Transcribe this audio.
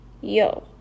Yo